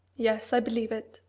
yes, i believe it!